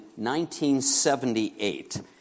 1978